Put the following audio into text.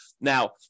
Now